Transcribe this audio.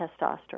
testosterone